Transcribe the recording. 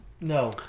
No